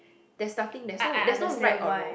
there's nothing there's there's no right or wrong